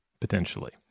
potentially